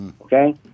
okay